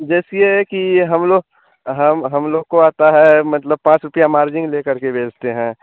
जैसे यह है कि हमलोग हम हमलोग को आता है मतलब पाँच रुपया मार्जिन ले करके बेचते हैं